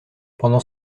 pendant